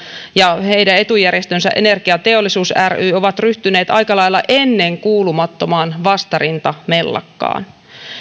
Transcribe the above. ja niiden etujärjestö energiateollisuus ry ovat ryhtyneet aika lailla ennenkuulumattomaan vastarintamellakkaan